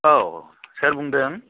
औ सोर बुंदों